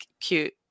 cute